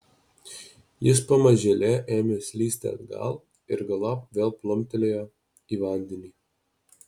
jis pamažėle ėmė slysti atgal ir galop vėl plumptelėjo į vandenį